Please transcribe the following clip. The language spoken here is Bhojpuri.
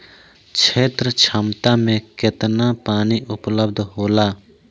क्षेत्र क्षमता में केतना पानी उपलब्ध होला?